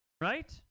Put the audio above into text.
Right